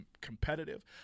competitive